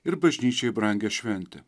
ir bažnyčiai brangią šventę